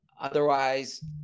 Otherwise